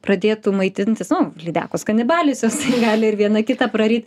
pradėtų maitintis nu lydekos kanibalės jos tai gali ir viena kitą praryt